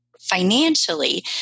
financially